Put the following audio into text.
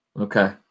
Okay